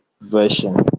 version